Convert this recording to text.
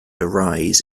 arise